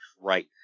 Right